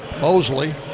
Mosley